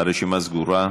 הרשימה סגורה.